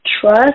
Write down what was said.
trust